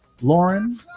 lauren